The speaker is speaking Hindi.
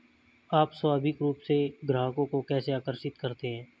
आप स्वाभाविक रूप से ग्राहकों को कैसे आकर्षित करते हैं?